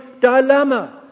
dilemma